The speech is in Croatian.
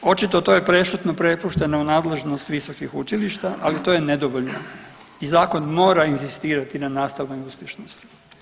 Očito to je prešutno prepušteno u nadležnost visokih učilišta, ali to je nedovoljno i zakon mora inzistirati na nastavnoj uspješnosti.